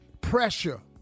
pressure